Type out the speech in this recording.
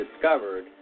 discovered